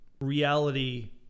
reality